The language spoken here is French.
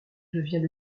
devient